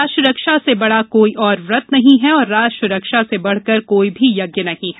राष्ट्ररक्षा से बड़ा कोई और व्रत नहीं है और राष्ट्ररक्षा से बढ़ कर कोई भी यज्ञ नहीं है